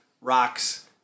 rocks